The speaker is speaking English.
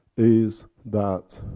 is that.